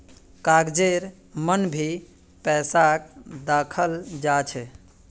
कागजेर मन भी पैसाक दखाल जा छे